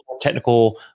technical